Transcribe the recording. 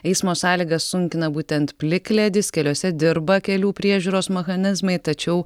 eismo sąlygas sunkina būtent plikledis keliuose dirba kelių priežiūros mechanizmai tačiau